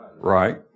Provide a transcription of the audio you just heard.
right